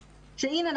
שהנה,